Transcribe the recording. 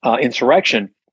insurrection